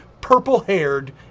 purple-haired